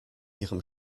ihrem